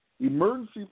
Emergency